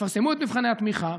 תפרסמו את מבחני התמיכה.